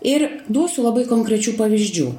ir duosiu labai konkrečių pavyzdžių